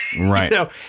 Right